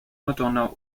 madonna